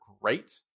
great